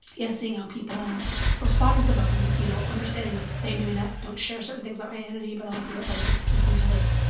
yeah, seeing how people are responding to the book and, you know, understanding that they may not don't share certain things about my identity but also that, like, it's speaking to, like,